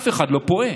אף אחד לא פועה.